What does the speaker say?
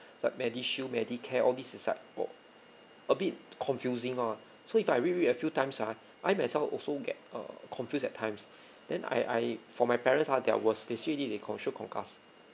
like medishield medicare all these is like were a bit confusing lor so if I read read a few times ah I myself also get err confused at times then I I for my parents ah they are worse they see already they con sure concussed